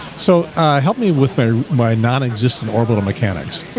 so i helped me with my my non-existent orbital mechanics